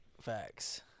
facts